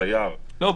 סייר --- לא,